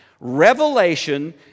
Revelation